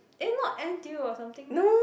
eh not N_T_U or something meh